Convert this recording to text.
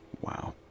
Wow